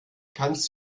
kannst